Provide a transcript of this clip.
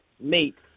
meet